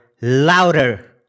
Louder